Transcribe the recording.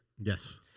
Yes